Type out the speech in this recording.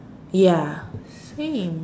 ya same